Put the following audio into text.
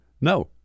No